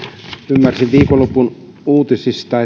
ymmärsin viikonlopun uutisista